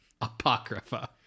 Apocrypha